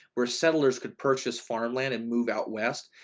where settlers could purchase farmland and move out west.